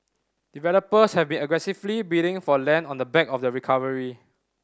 developers have been aggressively bidding for land on the back of the recovery